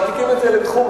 מעתיקים את זה לתחום,